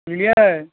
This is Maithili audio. बुझलियै